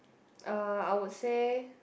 uh I would say